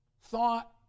thought